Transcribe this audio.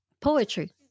Poetry